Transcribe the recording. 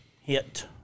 hit